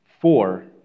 four